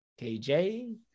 KJ